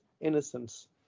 innocence